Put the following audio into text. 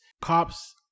cops